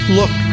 look